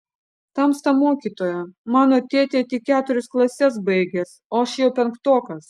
tamsta mokytoja mano tėtė tik keturias klases baigęs o aš jau penktokas